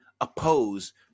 oppose